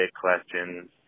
questions